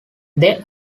they